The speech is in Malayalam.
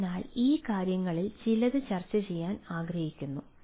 അതിനാൽ ഈ കാര്യങ്ങളിൽ ചിലത് ചർച്ചചെയ്യാൻ ആഗ്രഹിക്കുന്നു